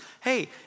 hey